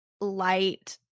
light